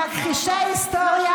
עם מכחישי היסטוריה,